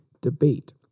debate